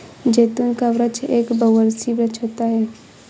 जैतून का वृक्ष एक बहुवर्षीय वृक्ष होता है